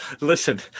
listen